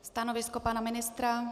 Stanovisko pana ministra?